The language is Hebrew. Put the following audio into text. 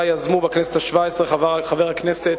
שיזמו בכנסת השבע-עשרה חבר הכנסת,